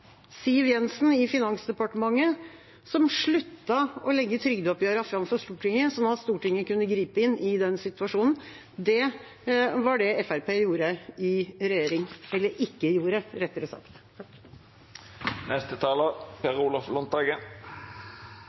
Siv Jensen i Finansdepartementet, som sluttet å legge trygdeoppgjørene fram for Stortinget, sånn at Stortinget kunne gripe inn i den situasjonen. Det var det Fremskrittspartiet gjorde i regjering – eller ikke gjorde, rettere